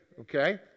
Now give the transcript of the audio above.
okay